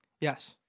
Yes